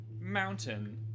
mountain